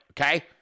okay